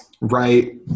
right